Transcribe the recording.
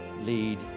lead